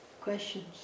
questions